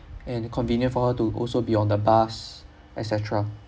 and convenient for her to also be on the bus et cetera